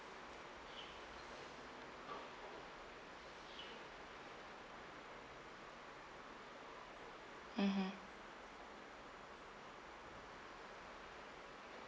mmhmm